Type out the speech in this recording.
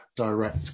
direct